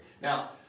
Now